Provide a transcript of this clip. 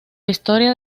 historia